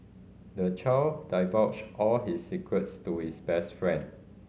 the child divulged all his secrets to his best friend